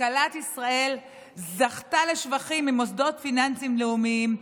וכלכלת ישראל זכתה לשבחים ממוסדות פיננסיים בין-לאומיים,